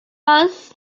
was